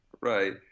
Right